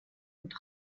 und